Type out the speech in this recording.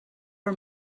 her